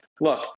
Look